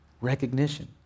recognition